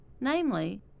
namely